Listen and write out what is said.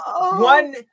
one